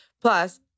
Plus